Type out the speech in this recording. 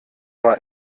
war